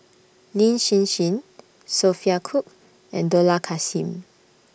Lin Hsin Hsin Sophia Cooke and Dollah Kassim